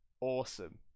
awesome